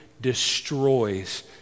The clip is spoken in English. destroys